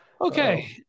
okay